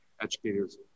educators